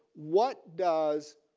what does